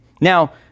Now